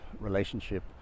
relationship